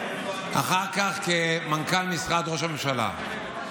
אחר כך כמנכ"ל משרד ראש הממשלה.